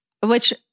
Which-